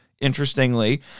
interestingly